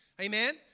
Amen